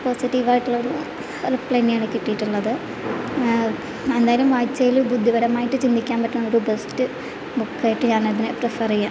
positive ആയിട്ടുള്ളൊരു reply തന്നെയാണ് കിട്ടിയിട്ടുള്ളത് എന്തായാലും വായിച്ചതിൽ ബുദ്ധിപരമായിട്ട് ചിന്തിക്കാൻ പറ്റണ ഒരു ബെസ്ററ് ബുക്കായിട്ട് ഞാനതിനെ പ്രിഫർ ചെയ്യാം